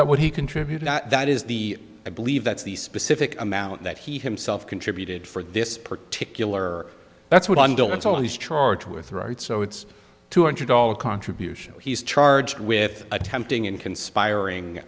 that what he contributed that is the i believe that's the specific amount that he himself contributed for this particular that's what i don't tell his charge with right so it's two hundred dollars contributions he's charged with attempting in conspiring